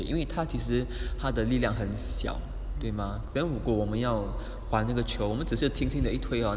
因为他其实他的力量很小对吗 then 如果我们要把那个球我们只是轻轻的一推 hor